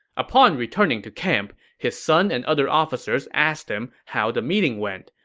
upon returning to camp, his son and other officers asked him how the meeting went.